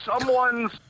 someone's